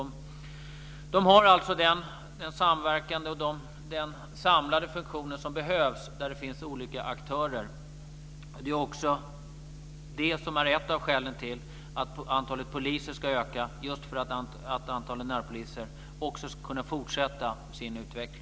De har den samverkande och den samlande funktion som behövs där det finns olika aktörer. Det är ett av skälen till att antalet poliser ska öka. Också antalet närpoliser ska kunna fortsätta att öka.